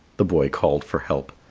the boy called for help.